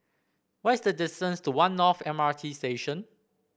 what is the distance to One North M R T Station